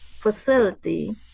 facility